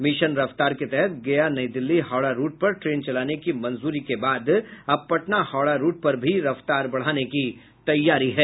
mission रफ्तार के तहत गया नई दिल्ली हावड़ा रूट पर ट्रेन चलाने की मंजूरी के बाद अब पटना हावड़ा रूट पर भी रफ्तार बढ़ाने की तैयारी है